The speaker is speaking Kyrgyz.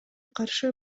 каршы